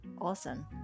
awesome